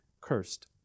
cursed